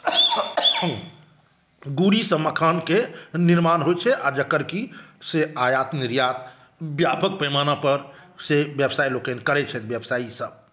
गुड़ीसँ मखानके निर्माण होइ छै आ जकर की से आयत निर्यात व्यापक पैमाना पर से व्यवसाय लोकनि करै छथि व्यवसाय ई सब